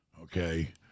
okay